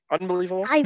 Unbelievable